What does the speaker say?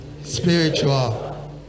spiritual